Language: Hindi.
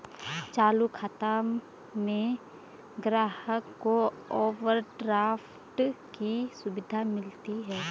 चालू खाता में ग्राहक को ओवरड्राफ्ट की सुविधा मिलती है